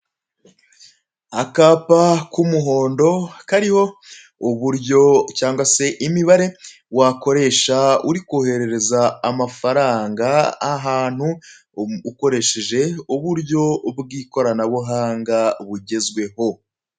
Akapa k'umuhondo kariho uburyo cyangwa imibare wakoresha uri kohereza amafaranga, ahantu ukoresheje uburyo bw'ikoranabuhanga bugezwho.